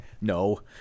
No